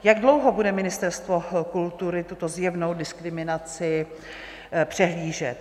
Jak dlouho bude Ministerstvo kultury tuto zjevnou diskriminaci přehlížet?